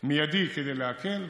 מיידי כדי להקל,